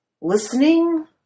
listening